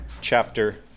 chapter